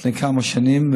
לפני כמה שנים,